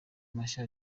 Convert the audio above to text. mashya